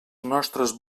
nostres